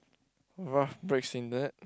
Ralph Breaks the Internet